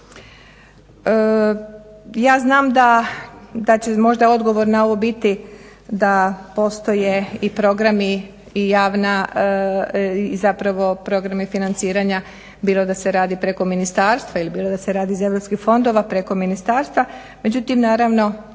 Ja znam da će možda odgovor na ovo biti da postoje i programi i javna i zapravo programi financiranja bilo da se radi preko ministarstva ili bilo da se radi iz europskih fondova preko ministarstva međutim naravno